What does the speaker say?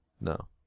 no